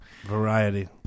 Variety